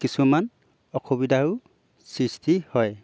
কিছুমান অসুবিধাৰো সৃষ্টি হয়